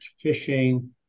fishing